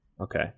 Okay